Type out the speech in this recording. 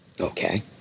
Okay